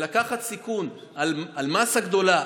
לקחת סיכון על מאסה גדולה,